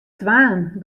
twaen